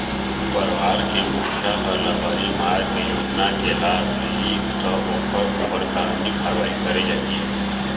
परवार के मुखिया ह लबारी मार के योजना के लाभ लिहि त ओखर ऊपर कानूनी कारवाही करे जाही